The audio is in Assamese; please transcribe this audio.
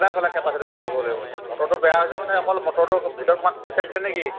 কোনে ক'লে কেপাচিটৰ বদলি কৰিব লাগে বুলি মটৰটো বেয়া হৈছে মানে অকল মটৰটোৰ ভিতৰত নেকি